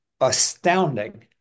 astounding